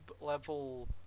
level